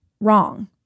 Wrong